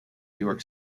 york